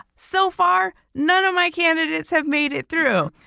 so far none of my candidates have made it through,